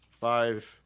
Five